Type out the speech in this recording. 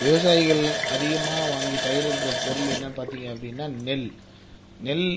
விவசாயிகள் அதிகமாக வாங்கி பயிரிடுகிற பொருள் என்னென்னு பார்த்தீங்கன்னா நெல்